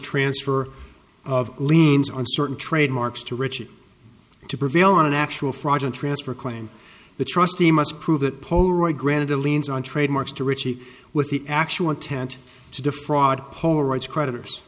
transfer of liens on certain trademarks to riches to prevail on an actual fraudulent transfer claim the trustee must prove that polaroid granted the liens on trademarks to richie with the actual intent to defraud polaroids creditors